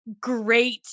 great